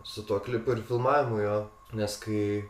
su tuo klipu ir filmavimu jo nes kai